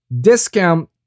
discount